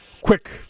quick